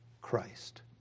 Christ